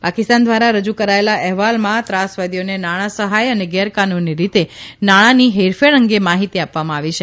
પાકિસ્તાન ધ્વારા રજુ કરાયેલા અહેવાલમાં ત્રાસવાદીઓને નાણાં સહાય અને ગેરકાનુની રીતે નાણાંની હેરફેર અંગે માહિતી આપવામાં આવી છે